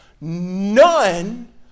None